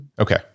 Okay